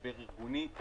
משבר ארגוני.